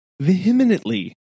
vehemently